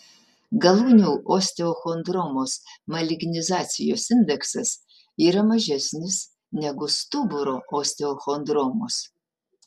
galūnių osteochondromos malignizacijos indeksas yra mažesnis negu stuburo osteochondromos